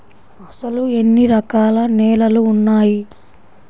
అసలు ఎన్ని రకాల నేలలు వున్నాయి?